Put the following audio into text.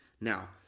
Now